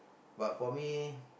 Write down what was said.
but for me